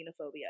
xenophobia